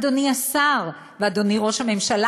אדוני השר ואדוני ראש הממשלה,